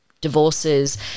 divorces